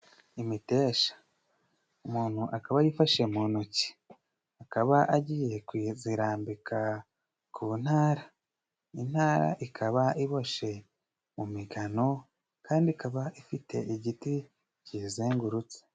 Imiteja umuntu akaba ayifashe mu ntoki, akaba agiye kuzirambika ku ntara. Intara ikaba iboshe mu migano kandi ikaba ifite igiti kizengurutse.